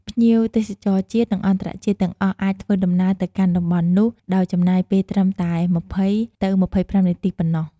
ភ្ញៀវទេសចរជាតិ និងអន្តរជាតិទាំងអស់អាចធ្វើដំណើរទៅកាន់តំបន់នោះ ដោយចំណាយពេលត្រឹមតែ២០ ទៅ២៥នាទីប៉ុណ្ណោះ។